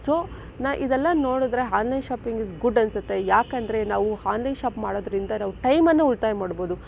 so ನಾ ಇದೆಲ್ಲ ನೋಡಿದರೆ ಆನ್ಲೈನ್ ಶಾಪಿಂಗ್ ಇಸ್ ಗುಡ್ ಅನ್ಸುತ್ತೆ ಏಕೆಂದ್ರೆ ನಾವು ಹನ್ಲೈನ್ ಶಾಪ್ ಮಾಡೋದ್ರಿಂದ ನಾವು ಟೈಮನ್ನು ಉಳಿತಾಯ ಮಾಡ್ಬೋದು